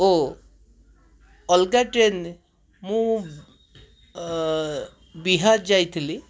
ଓ ଅଲଗା ଟ୍ରେନ ରେ ମୁଁ ବିହାର ଯାଇଥିଲି